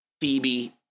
Phoebe